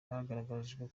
bagaragarijwe